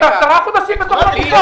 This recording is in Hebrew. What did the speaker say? אתה 10 חודשים בבית ספר.